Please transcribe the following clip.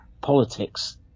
politics